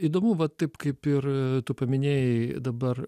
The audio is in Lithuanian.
įdomu va taip kaip ir tu paminėjai dabar